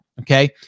Okay